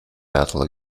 battle